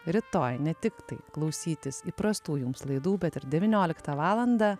rytoj ne tiktai klausytis įprastų jums laidų bet ir devynioliktą valandą